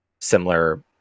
similar